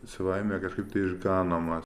savaime kažkaip išganoma